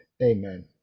amen